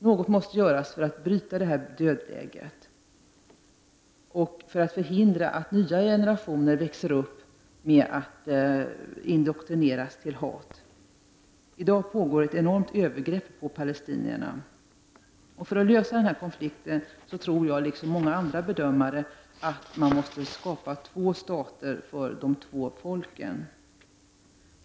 Något måste göras för att bryta detta dödläge och förhindra att nya generationer växer upp och indoktrineras till hat. I dag sker enorma övergrepp mot palestinierna. För att lösa denna konflikt tror jag liksom många andra bedömare att man måste skapa två stater för de två folken.